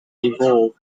involved